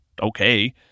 okay